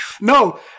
No